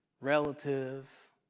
relative